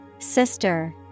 Sister